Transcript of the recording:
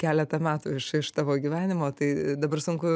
keletą metų iš iš tavo gyvenimo tai dabar sunku